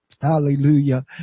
Hallelujah